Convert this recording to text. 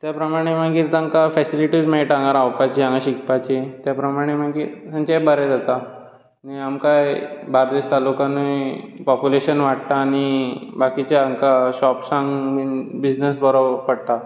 त्या प्रमाणे मागीर तांकां फेसिलिटीज मेळटा हांगा रावपाची हांगा शिकपाची त्या प्रमाणे मागीर तांचेंय बरें जाता आनी आमकां बार्देश तालुकांतूय पोप्यूलेशन वाडटा आनी बाकीच्या हांकां शॉप्सांक बिझनस बरो पडटा